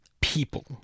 people